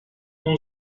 اون